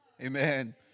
Amen